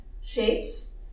shapes